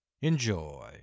Enjoy